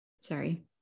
Sorry